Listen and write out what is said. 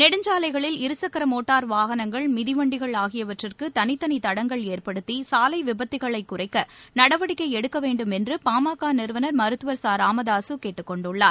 நெடுஞ்சாலைகளில் இருசக்கர மோட்டார் வாகனங்கள் மிதிவண்டிகள் ஆகியவற்றுக்கு தனித்தனி தடங்கள் ஏற்படுத்தி சாலை விபத்துகளை குறைக்க நடவடிக்கை எடுக்க வேண்டும் என்று பாமக நிறுவனர் மருத்துவர் ச ராமதாசு கேட்டுக்கொண்டுள்ளார்